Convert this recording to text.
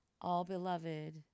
all-beloved